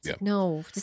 No